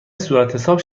صورتحساب